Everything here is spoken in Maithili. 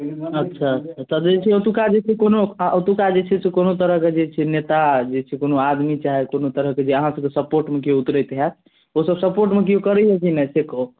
अच्छा तब रहै छै ओतुक्का जे छै कोनो ओतुक्का जे छै से कोनो तरहके छै नेता जे छै से कोनो आदमी चाहे कोनो तरहके जे अहाँसबके सपोर्टमे केओ उतरैत हैत ओसब सपोर्टमे केओ करैए कि नहि से कहू